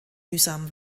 mühsam